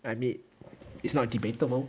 I mean it's not debatable